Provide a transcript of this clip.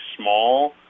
small